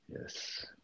yes